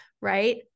right